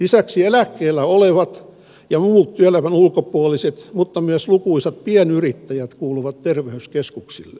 lisäksi eläkkeellä olevat ja muut työelämän ulkopuoliset mutta myös lukuisat pienyrittäjät kuuluvat terveyskeskuksille